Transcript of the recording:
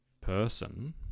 person